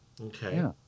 Okay